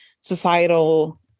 societal